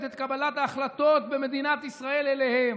את קבלת ההחלטות במדינת ישראל אליהם.